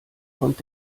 kommt